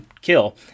kill